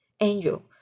angel